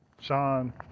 Sean